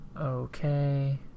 Okay